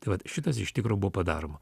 tai vat šitas iš tikro buvo padaroma